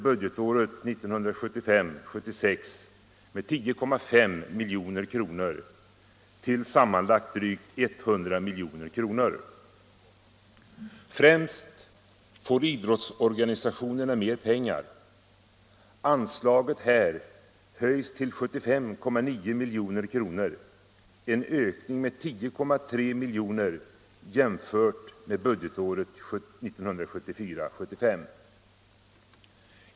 Främst får idrottsorganisationerna mer pengar. Anslaget här höjs till 75,9 milj.kr., en ökning med 10,3 milj. jämfört med budgetåret 1974/75.